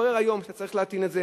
מתברר היום שאתה צריך להטעין את זה,